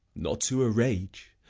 not to a rage.